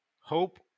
Hope